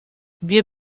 wir